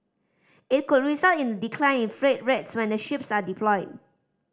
it could result in a decline in freight rates when the ships are deployed